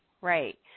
Right